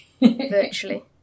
virtually